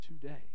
today